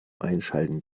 einschalten